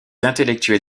intellectuels